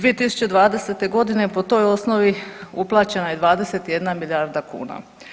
2020.g. po toj osnovi uplaćeno je 21 milijarda kuna.